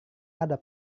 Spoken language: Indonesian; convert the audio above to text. ada